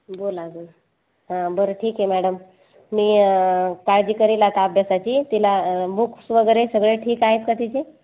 बोला हम हा बर ठिक है मॅडम मी काळजी करेल आता अभ्यासाची तिला बुक्स वगेरे सगळे ठिक आहेत का तिचे